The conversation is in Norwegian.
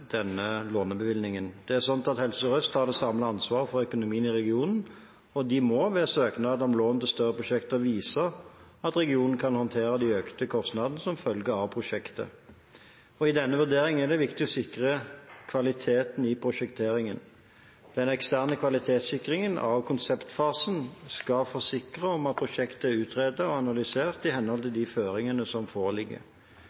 denne lånebevilgningen. Det er sånn at Helse Sør-Øst har det samlede ansvaret for økonomien i regionen, og de må ved søknad om lån til større prosjekter vise at regionen kan håndtere økte kostnader som følge av prosjektet. I denne vurderingen er det viktig å sikre kvaliteten i prosjekteringen. Den eksterne kvalitetssikringen av konseptfasen skal forsikre om at prosjektet er utredet og analysert i henhold til